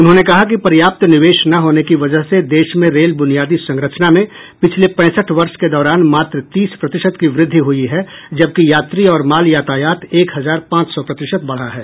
उन्होंने कहा कि पर्याप्त निवेश न होने की वजह से देश में रेल ब्रनियादी संरचना में पिछले पैंसठ वर्ष के दौरान मात्र तीस प्रतिशत की वृद्धि हुई है जबकि यात्री और माल यातायात एक हजार पांच सौ प्रतिशत बढ़ा है